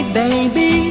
baby